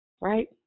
Right